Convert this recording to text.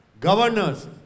governors